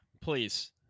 please